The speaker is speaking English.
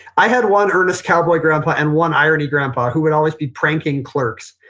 i had one earnest cowboy grandpa and one irony grandpa who would always be pranking clerks.